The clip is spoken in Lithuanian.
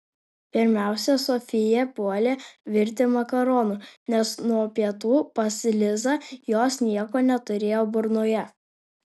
pirmiausia sofija puolė virti makaronų nes nuo pietų pas lizą jos nieko neturėjo burnoje